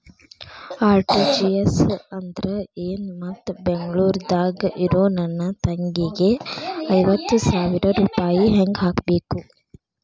RTGS ಅಂದ್ರ ಏನು ಮತ್ತ ಬೆಂಗಳೂರದಾಗ್ ಇರೋ ನನ್ನ ತಂಗಿಗೆ ಐವತ್ತು ಸಾವಿರ ರೂಪಾಯಿ ಹೆಂಗ್ ಹಾಕಬೇಕು?